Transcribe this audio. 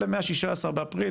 אלה מה-16 באפריל,